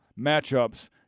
matchups